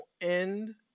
end